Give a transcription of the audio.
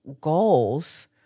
goals